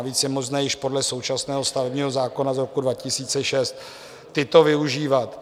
Navíc je možné již podle současného stavebního zákona z roku 2006 tyto využívat.